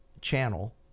channel